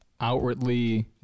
outwardly